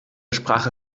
sprache